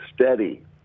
steady